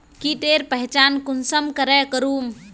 कीटेर पहचान कुंसम करे करूम?